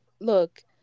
look